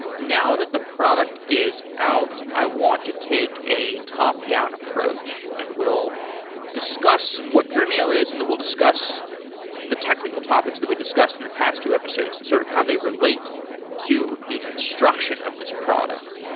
now that the product is out, i want to take a top-down approach, and we'll discuss what dremio is and then we'll discuss the technical topics that we discussed in the past two episodes and sort of how they relate to the construction of this product.